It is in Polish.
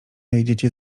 jedziecie